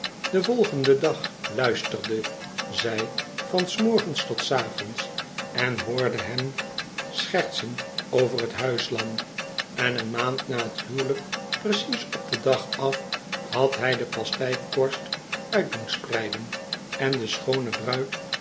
den volgenden dag luisterde zij van s morgens tot s avonds en hoorde hem schertsen over t huislam en een maand na t huwelijk precies op den dag af had hij de pasteikorst uit doen spreiden en de schoone bruid